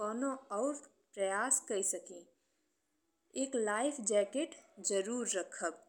कौनों अउर प्रयास कइ सकी। एक लाइफ जैकेट जरूर रखब।